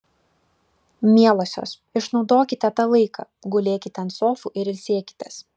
mielosios išnaudokite tą laiką gulėkite ant sofų ir ilsėkitės